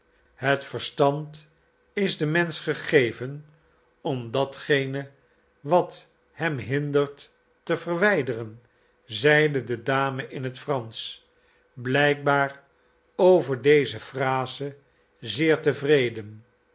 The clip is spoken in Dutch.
het verstand is den mensch gegeven om datgene wat hem hindert te verwijderen zeide de dame in het fransch blijkbaar over deze phrase zeer tevreden